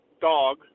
dog